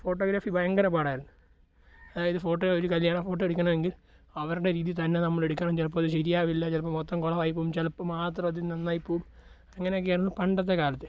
photography ഭയങ്കര പാടായിരുന്നു അതായത് ഫോട്ടോ ഒരു കല്യാണ ഫോട്ടോ എടുക്കണമെങ്കിൽ അവരുടെ രീതിയിൽതന്നെ നമ്മളെടുക്കണം ചിലപ്പോൾ അത് ശരിയാവില്ല ചിലപ്പം മൊത്തം കുളമായി പോകും ചിലപ്പം മാത്രം അത് നന്നായി പോവും അങ്ങനെയൊക്കെ ആയിരുന്നു പണ്ടത്തെക്കാലത്ത്